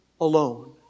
alone